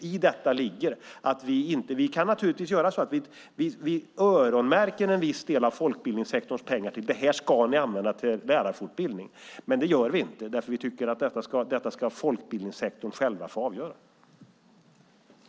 Vi kunde naturligtvis öronmärka en viss del av folkbildningssektorns pengar och säga att de ska användas till lärarfortbildning, men det gör vi inte eftersom vi tycker att folkbildningssektorn själv ska få avgöra det.